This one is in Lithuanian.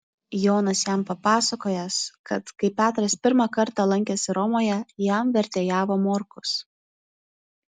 jonas jam papasakojęs kad kai petras pirmą kartą lankėsi romoje jam vertėjavo morkus